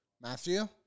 Matthew